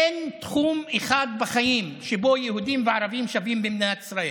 אין תחום אחד בחיים שבו יהודים וערבים שווים במדינת ישראל,